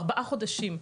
ארבעה חודשים.